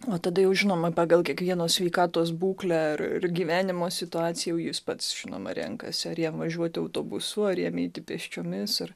o tada jau žinoma pagal kiekvieno sveikatos būklę ir ir gyvenimo situaciją jau jis pats žinoma renkasi ar jam važiuoti autobusu ar jam eiti pėsčiomis ar